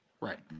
right